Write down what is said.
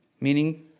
meaning